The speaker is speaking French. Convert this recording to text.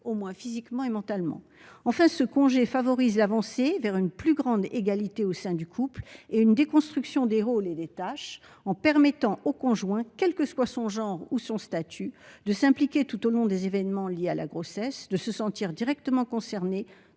remettre, physiquement sinon mentalement. Enfin, ce congé favoriserait l'avancée vers une plus grande égalité au sein du couple et une déconstruction des rôles et des tâches, en permettant au conjoint, quel que soit son genre ou son statut, de s'impliquer tout au long des événements liés à la grossesse et de se sentir directement concerné